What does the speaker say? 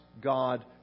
God